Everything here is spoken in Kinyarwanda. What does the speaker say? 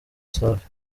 safi